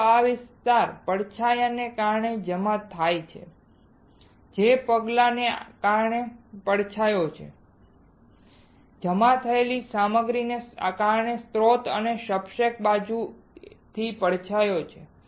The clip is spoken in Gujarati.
ફક્ત આ વિસ્તાર પડછાયાને કારણે જમા થાય છે જે પગલાને કારણે પડછાયો છે પણ જમા થયેલી સામગ્રીને કારણે સ્ત્રોત અને સબસ્ટ્રેટ બાજુથી પડછાયો છે